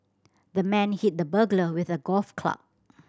the man hit the burglar with a golf club